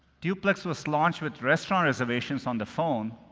duplex was launched with restaurant reservations on the phone.